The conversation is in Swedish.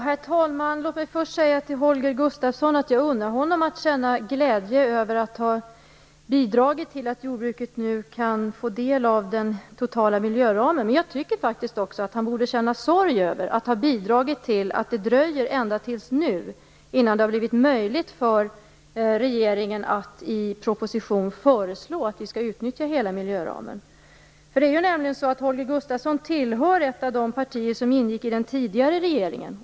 Herr talman! Låt mig först säga till Holger Gustafsson att jag unnar honom att känna glädje över att ha bidragit till att jordbruket nu kan få del av den totala miljöramen. Men jag tycker faktiskt också att han borde känna sorg över att ha bidragit till att det dröjt ända tills nu innan det har blivit möjligt för regeringen att i proposition föreslå att vi skall utnyttja hela miljöramen. Holger Gustafsson tillhör nämligen ett av de partier som ingick i den tidigare regeringen.